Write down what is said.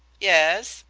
yes?